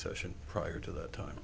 session prior to that time